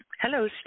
Hello